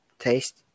taste